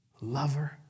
Lover